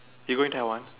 you going Taiwan